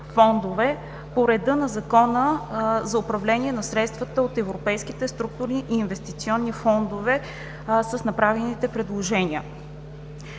по реда на Закона за управление на средствата от европейските структурни и инвестиционни фондове с направените предложения.